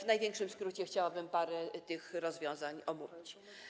W największym skrócie chciałabym parę tych rozwiązań omówić.